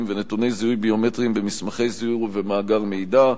ונתוני זיהוי ביומטריים במסמכי זיהוי ובמאגר מידע,